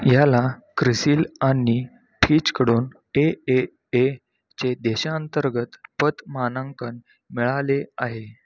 याला क्रिसिल आणि फिजकडून ए ए एचे देशांतर्गत पत मानांकन मिळाले आहे